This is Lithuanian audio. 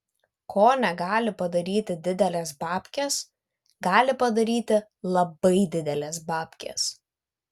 ko negali padaryti didelės babkės gali padaryti labai didelės babkės